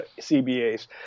CBAs